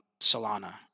solana